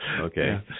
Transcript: Okay